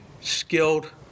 skilled